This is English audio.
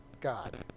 God